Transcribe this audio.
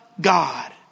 God